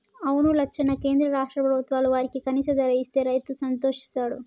అవును లచ్చన్న కేంద్ర రాష్ట్ర ప్రభుత్వాలు వారికి కనీస ధర ఇస్తే రైతు సంతోషిస్తాడు